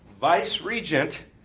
vice-regent